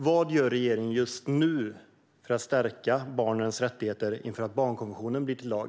Vad gör regeringen just nu för att stärka barnens rättigheter inför att barnkonventionen blir till lag?